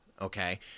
okay